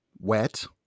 wet